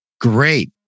great